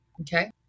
Okay